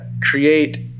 create